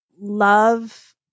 love